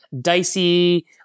dicey